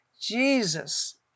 jesus